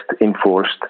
enforced